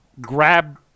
grab